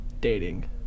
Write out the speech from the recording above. dating